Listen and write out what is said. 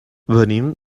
venim